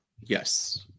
Yes